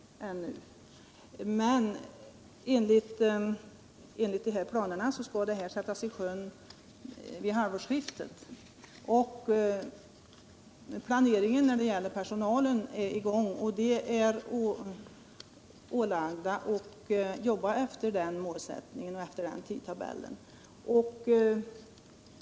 Men enligt planerna skall den nya verksamheten komma i gång vid halvårsskiftet. Planeringen när det gäller personalen är redan i gång, och de anställda är ålagda att jobba efter den tidtabellen.